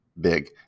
big